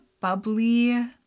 bubbly